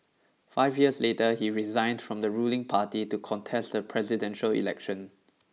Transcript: five years later he resigned from the ruling party to contest the presidential election